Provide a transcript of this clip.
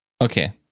Okay